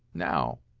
now,